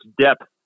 depth